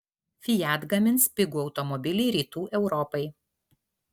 fiat gamins pigų automobilį rytų europai